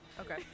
Okay